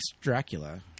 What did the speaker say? Dracula